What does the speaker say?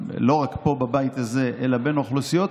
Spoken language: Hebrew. לא רק פה בבית הזה אלא בין האוכלוסיות,